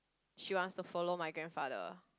she wants to follow my grandfather